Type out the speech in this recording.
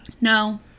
No